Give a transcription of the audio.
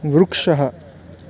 वृक्षः